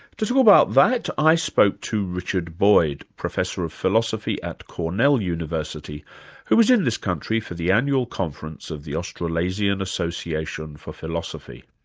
to talk about that i spoke to richard boyd, professor of philosophy at cornell university who was in this country for the annual conference of the australasian association for philosophy.